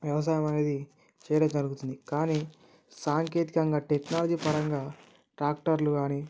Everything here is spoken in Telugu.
వ్యవసాయం అనేది చేయడం జరుగుతుంది కానీ సాంకేతికంగా టెక్నాలజీ పరంగా ట్రాక్టర్లు గానీ